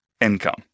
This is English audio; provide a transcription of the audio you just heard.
income